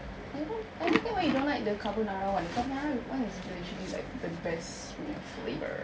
I don't I don't get why you don't like the carbonara [one] carbonara [one] is literally like the best punya flavour